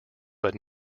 but